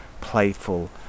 playful